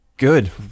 good